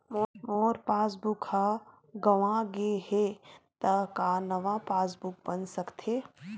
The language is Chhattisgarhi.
मोर पासबुक ह गंवा गे हे त का नवा पास बुक बन सकथे?